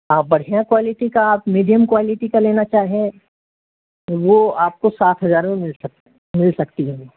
ہاں بڑھیاں کوالٹی کا آپ میڈیم کوالٹی کا لینا چاہیں وہ آپ کو سات ہزار میں مل سکت مل سکتی ہے وہ